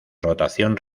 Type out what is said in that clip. rotación